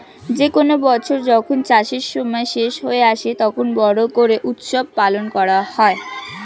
যে কোনো বছর যখন চাষের সময় শেষ হয়ে আসে, তখন বড়ো করে উৎসব পালন করা হয়